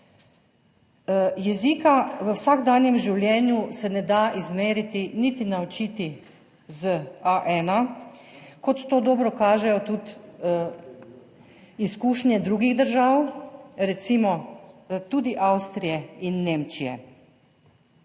Jezika v vsakdanjem življenju se ne, da izmeriti niti naučiti z A1 kot to dobro kažejo tudi izkušnje drugih držav, recimo tudi Avstrije in 25.